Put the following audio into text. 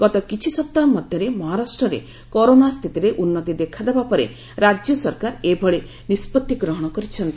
ଗତ କିଛି ସପ୍ତାହ ମଧ୍ୟରେ ମହାରାଷ୍ଟ୍ରରେ କରୋନା ସ୍ଥିତିରେ ଉନ୍ନତି ଦେଖାଦେବା ପରେ ରାଜ୍ୟ ସରକାର ଏଭଳି ନିଷ୍ପତ୍ତି ଗ୍ରହଣ କରିଚ୍ଛନ୍ତି